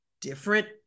different